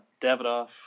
Davidoff